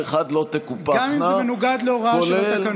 לא תקופחנה, גם אם זה מנוגד להוראה של התקנון.